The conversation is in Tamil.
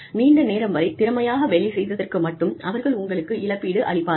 நீண்ட நேரம் வரை திறமையாக வேலை செய்ததற்கு மட்டும் அவர்கள் உங்களுக்கு இழப்பீடு அளிப்பார்கள்